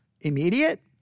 immediate